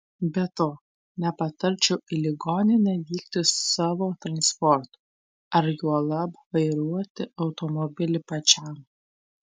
be to nepatarčiau į ligoninę vykti savo transportu ar juolab vairuoti automobilį pačiam